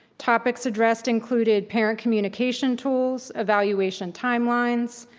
topics addressed included parent communication tools, evaluation timelines,